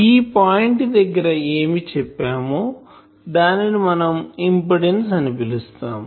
ఈ పాయింట్ దగ్గర ఏమి చెప్పామో దానిని మనం ఇంపిడెన్సు అని పిలుస్తాం